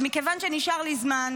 לא אמרתי כלום.